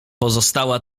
pozostała